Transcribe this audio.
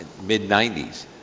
mid-90s